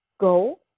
go